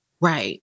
Right